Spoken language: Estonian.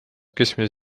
keskmine